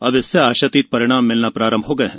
अब इससे आशातीत परिणाम मिलना प्रारंभ हो गए है